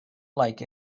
like